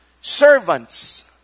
Servants